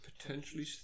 potentially